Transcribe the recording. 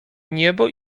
niebo